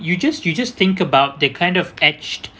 you just you just think about that kind of edged